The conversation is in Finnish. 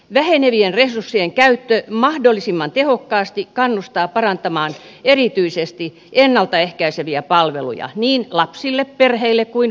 vähenevien resurssien käyttö mahdollisimman tehokkaasti kannustaa parantamaan erityisesti ennalta ehkäiseviä palveluja niin lapsille perheille kuin vanhuksillekin